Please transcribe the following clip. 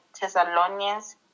Thessalonians